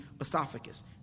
esophagus